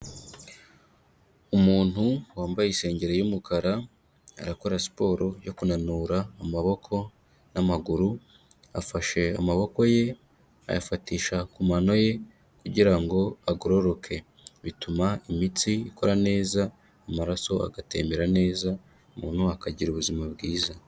Umuntu wambaye isengeri y'umukara, arakora siporo yo kunanura amaboko n'amaguru, afashe amaboko ye ayafatisha ku mano ye kugira ngo agororoke. Bituma imitsi ikora neza, amaraso agatembera neza, umuntu akagira ubuzima bwiza.